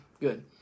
good